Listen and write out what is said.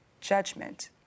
judgment